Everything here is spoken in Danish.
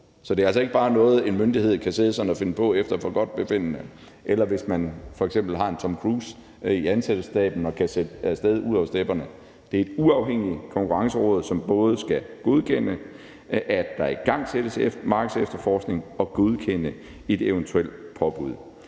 Så det er altså ikke bare noget, en myndighed kan sidde sådan og finde på efter forgodtbefindende, og det er heller ikke sådan, at man kan sende en Tom Cruise af sted ud over stepperne, hvis man f.eks. har sådan en i staben. Det er et uafhængigt Konkurrenceråd, som både skal godkende, at der igangsættes markedsefterforskning, og godkende et eventuelt påbud.